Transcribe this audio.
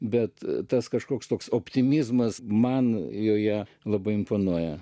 bet tas kažkoks toks optimizmas man joje labai imponuoja